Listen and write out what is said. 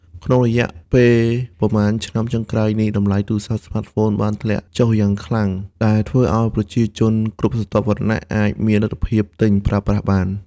ក្នុងរយៈពេលប៉ុន្មានឆ្នាំចុងក្រោយនេះ តម្លៃទូរសព្ទស្មាតហ្វូនបានធ្លាក់ចុះយ៉ាងខ្លាំង ដែលធ្វើឲ្យប្រជាជនគ្រប់ស្រទាប់វណ្ណៈអាចមានលទ្ធភាពទិញប្រើប្រាស់បាន។